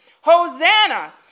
Hosanna